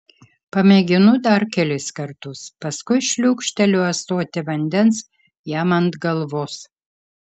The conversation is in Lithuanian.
pamėginu dar kelis kartus paskui šliūkšteliu ąsotį vandens jam ant galvos